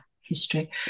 history